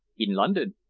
in london.